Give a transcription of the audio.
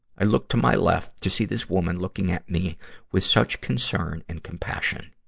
i looked to my left to see this woman looking at me with such concern and compassion.